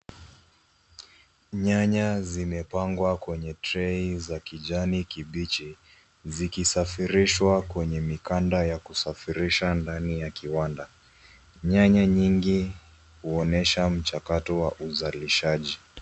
Nyanya zimepangwa kwenye trei za kijani kibichi, zikisafirishwa kwenye mikanda ya kusafirisha ndani ya kiwanda. Nyanya nyingi huonyesha mchakato wa uzalishaji.